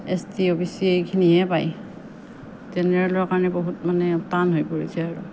S T O B C এইখিনিয়েহে পায় জেনেৰেলৰ কাৰণে বহুত মানে টান হৈ পৰিছে